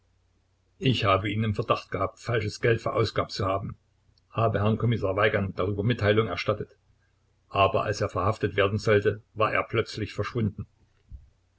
ich habe ihn im verdacht gehabt falsches geld verausgabt zu haben habe herrn kommissar weigand darüber mitteilung erstattet als er aber verhaftet werden sollte war er plötzlich verschwunden